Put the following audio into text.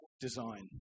design